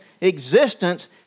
existence